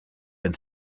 been